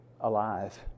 alive